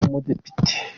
umudepite